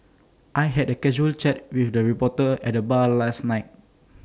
I had A casual chat with the reporter at the bar last night